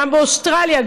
גם באוסטרליה,